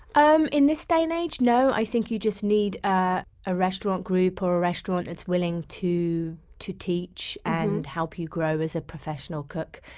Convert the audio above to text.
um in this day and age? no. i think you just need ah a restaurant group or a restaurant that's willing to to teach and help you grow as a professional cook.